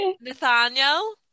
Nathaniel